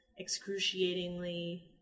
excruciatingly